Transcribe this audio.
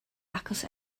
achos